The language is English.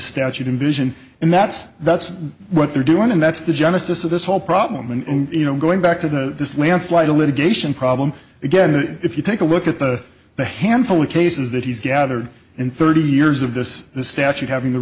statute envision and that's that's what they're doing and that's the genesis of this whole problem and you know going back to the this landslide the litigation problem again if you take a look at the the handful of cases that he's gathered in thirty years of this the statute having the